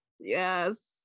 Yes